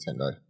Nintendo